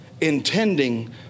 intending